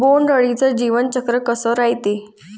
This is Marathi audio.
बोंड अळीचं जीवनचक्र कस रायते?